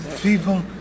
People